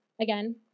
again